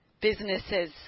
businesses